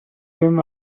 him